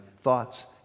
thoughts